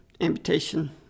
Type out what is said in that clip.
amputation